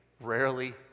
rarely